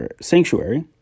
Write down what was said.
sanctuary